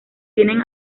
tienen